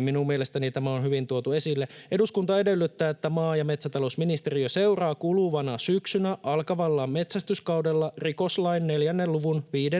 minun mielestäni tämä on hyvin tuotu esille: ”Eduskunta edellyttää, että maa- ja metsätalousministeriö seuraa kuluvana syksynä alkavalla metsästyskaudella rikoslain 4 luvun 5